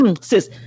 Sis